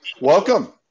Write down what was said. Welcome